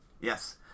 yes